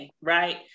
right